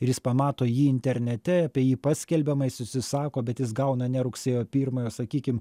ir jis pamato jį internete apie jį paskelbiama jis užsisako bet jis gauna ne rugsėjo pirmąją o sakykim